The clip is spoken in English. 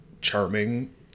charming